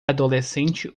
adolescente